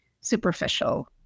superficial